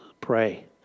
pray